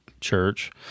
church